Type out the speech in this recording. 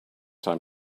time